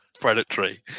predatory